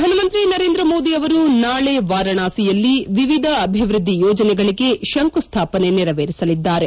ಪ್ರಧಾನ ಮಂತ್ರಿ ನರೇಂದ್ರ ಮೋದಿ ಅವರು ನಾಳೆ ವಾರಾಣಸಿಯಲ್ಲಿ ವಿವಿಧ ಅಭಿವೃದ್ದಿ ಯೋಜನೆಗಳಿಗೆ ಶಂಕು ಸ್ವಾಪನೆ ನೆರವೇರಿಸಲಿದ್ದಾರೆ